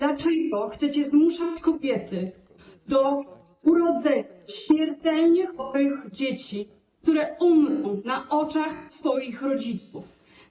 Dlaczego chcecie zmuszać kobiety do urodzenia śmiertelnie chorych dzieci, które umrą na oczach swoich rodziców?